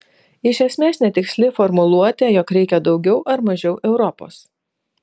iš esmės netiksli formuluotė jog reikia daugiau ar mažiau europos